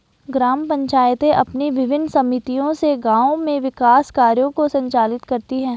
ग्राम पंचायतें अपनी विभिन्न समितियों से गाँव में विकास कार्यों को संचालित करती हैं